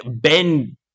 Ben